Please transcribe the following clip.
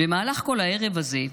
במהלך כל הערב הזה,